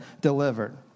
delivered